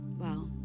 Wow